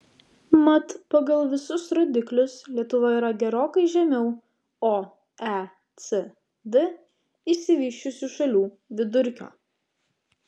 mat pagal visus rodiklius lietuva yra gerokai žemiau oecd išsivysčiusių šalių vidurkio